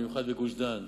במיוחד בגוש-דן.